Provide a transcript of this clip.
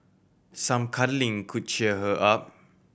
some cuddling could cheer her up